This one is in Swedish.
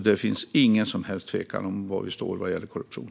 Det finns ingen som helst tvekan om var vi står när det gäller korruption.